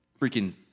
freaking